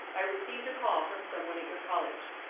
i received a call from someone at your college.